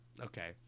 okay